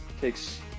takes